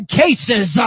cases